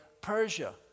Persia